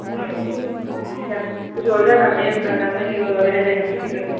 औ ज' जानानै ओंखारनानै अ रायज्लायनांसिगोन